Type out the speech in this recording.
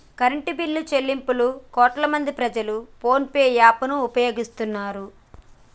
current బిల్లుల చెల్లింపులకు కోట్లాదిమంది ప్రజలు ఫోన్ పే యాప్ ను ఉపయోగిస్తున్నారు